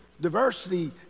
diversity